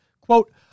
Quote